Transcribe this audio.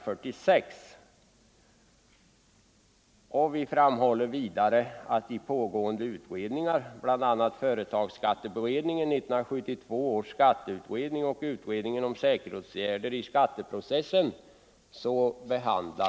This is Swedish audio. Vidare erinrar vi om att de frågorna behandlas och diskuteras i pågående utredningar, bl.a. i företagsskatteberedningen, 1974 års skatteutredning och utredningen om säkerhetsåtgärder m.m. i skatteprocessen.